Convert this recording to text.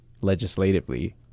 legislatively